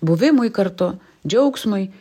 buvimui kartu džiaugsmui